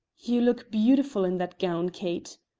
you look beautiful in that gown, kate,